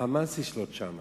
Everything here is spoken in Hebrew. ה"חמאס" ישלוט שם.